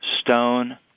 stone